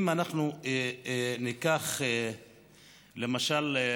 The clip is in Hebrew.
אם אנחנו ניקח, למשל,